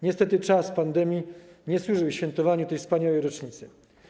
Niestety, czas pandemii nie służył świętowaniu tej wspaniałej rocznicy.